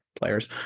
players